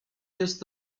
jest